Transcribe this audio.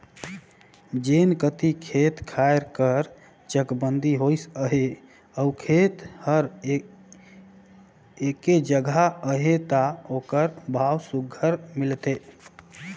जेन कती खेत खाएर कर चकबंदी होइस अहे अउ खेत हर एके जगहा अहे ता ओकर भाव सुग्घर मिलथे